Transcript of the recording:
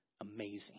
amazing